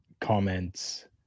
comments